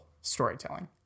storytelling